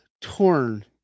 torn